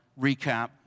recap